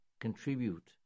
contribute